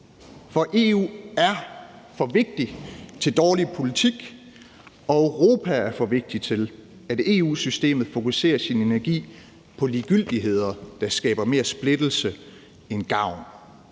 For EU er for vigtigt til dårlig politik, og Europa er for vigtigt til, at EU-systemet fokuserer sin energi på ligegyldigheder, der skaber mere splittelse end gavn,